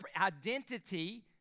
identity